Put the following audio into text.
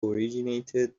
originated